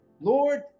Lord